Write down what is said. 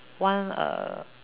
one uh